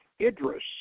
Idris